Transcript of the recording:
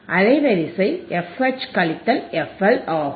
அலைவரிசை fH கழித்தல் fL ஆகும்